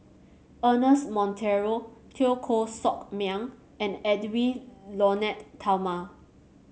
Ernest Monteiro Teo Koh Sock Miang and Edwy Lyonet Talma